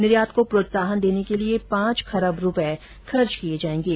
निर्यात को प्रोत्साहन देने के लिए पांच खरब रुपए खर्च किए जाएंगे